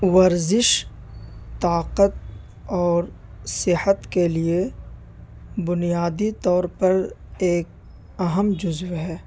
ورزش طاقت اور صحت کے لیے بنیادی طور پر ایک اہم جز ہے